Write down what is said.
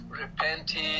repenting